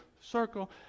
circle